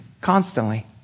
constantly